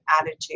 attitude